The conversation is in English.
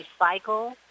recycle